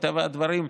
מטבע הדברים,